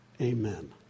Amen